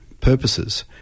purposes